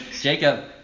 Jacob